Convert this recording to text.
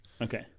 Okay